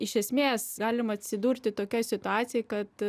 iš esmės galim atsidurti tokioj situacijoj kad